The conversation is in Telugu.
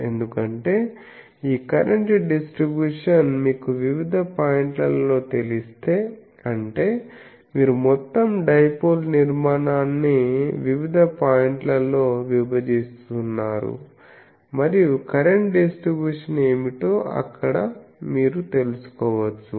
ఎందుకంటే ఈ కరెంట్ డిస్ట్రిబ్యూషన్ మీకు వివిధ పాయింట్లలో తెలిస్తే అంటే మీరు మొత్తం డైపోల్ నిర్మాణాన్ని వివిధ పాయింట్లలో విభజిస్తున్నారు మరియు కరెంట్ డిస్ట్రిబ్యూషన్ ఏమిటో అక్కడ మీరు తెలుసుకోవచ్చు